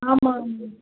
ஆமாங்க